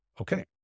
Okay